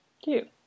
Cute